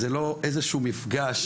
זה לא איזשהו מפגש,